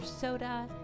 soda